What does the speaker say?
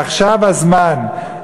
עכשיו הזמן,